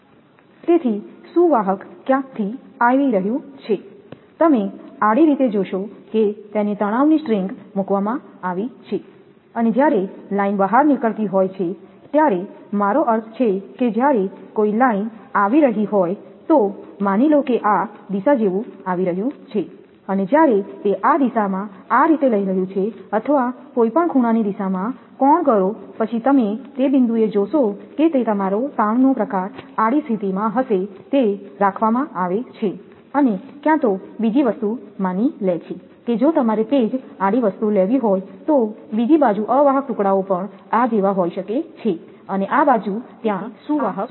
તેથી સુવાહક ક્યાંકથી આવી રહ્યું છે તમે આડી રીતે જોશો કે તેને તણાવની સ્ટ્રિંગ મૂકવામાં આવી છે અને જ્યારે લાઇન બહાર નીકળતી હોય છે ત્યારે મારો અર્થ છે કે જ્યારે કોઈ લાઇન આવી રહી હોય તો માની લો કે આ દિશા જેવું આવી રહ્યું છે અને જ્યારે તે આ દિશામાં આ રીતે લઈ રહ્યું છે અથવા કોઈપણ ખૂણાની દિશામાં કોણ કરો પછી તમે તે બિંદુએ જોશો કે તે તમારો તાણનો પ્રકાર આડી સ્થિતિમાં હશે તે રાખવામાં આવે છે અને ક્યાં તો બીજી વસ્તુ માની લે છે કે જો તમારે તે જ આડી વસ્તુ લેવી હોય તો બીજી બાજુ અવાહક ટુકડાઓ પણ આ જેવા હોઈ શકે છે અને આ બાજુ ત્યાં સુવાહક છે